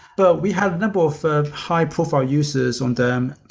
but we have number of high-profile users on them.